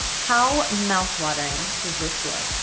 how mouthwatering does this look?